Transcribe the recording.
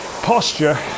posture